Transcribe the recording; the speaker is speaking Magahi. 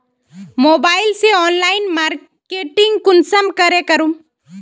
मोबाईल से ऑनलाइन मार्केटिंग कुंसम के करूम?